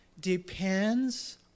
depends